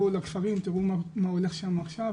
בואו לכפרים ותוכלו לראות מה הולך שם עכשיו,